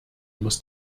muss